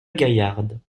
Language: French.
gaillarde